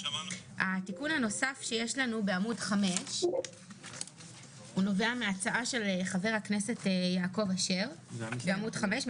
התיקון הנוסף שיש בעמוד 5 נובע מהצעה של חבר הכנסת יעקב אשר מה